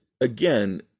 again